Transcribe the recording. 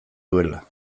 duela